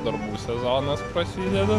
darbų sezonas prasideda